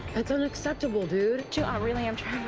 that's unacceptable dude. jill i really am